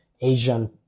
Asian